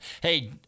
Hey